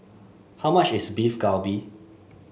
how much is Beef Galbi